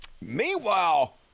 Meanwhile